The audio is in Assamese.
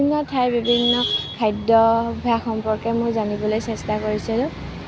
বিভিন্ন ঠাইৰ বিভিন্ন খাদ্যাভ্যাস সম্পৰ্কে জানিবলৈ চেষ্টা কৰিছিলোঁ